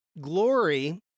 glory